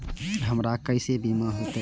हमरा केसे बीमा होते?